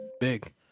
Big